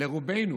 לרובנו